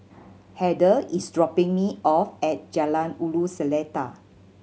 Heather is dropping me off at Jalan Ulu Seletar